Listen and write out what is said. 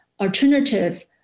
alternative